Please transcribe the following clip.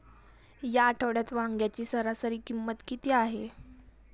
या आठवड्यात वांग्याची सरासरी किंमत किती आहे?